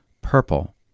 Purple